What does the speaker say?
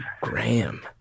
Graham